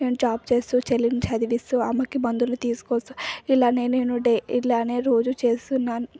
నేను జాబ్ చేస్తు చెల్లిని చదివిస్తు అమ్మకి మందులు తీసుకొస్తు ఇలానే నేను డే ఇలానే రోజు చేస్తున్నాను